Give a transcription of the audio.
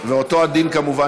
כבל,